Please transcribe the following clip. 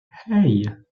hey